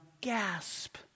gasp